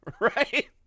right